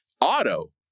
auto